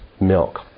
milk